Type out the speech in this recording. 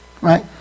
Right